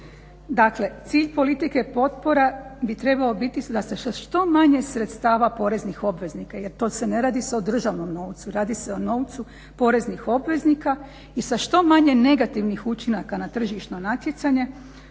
Dakle, cilj politike potpora bi trebao biti da se sa što manje sredstava poreznih obveznika jer ne radi se o državnom novcu, radi se o novcu poreznih obveznika i sa što manje negativnih učinaka na tržišno natjecanje